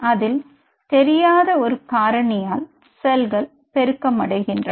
அதில் தெரியாத ஒரு காரணியால் செல்கள் பெருக்கமடைகின்றன